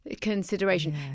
consideration